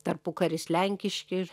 tarpukaris lenkiški